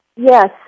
Yes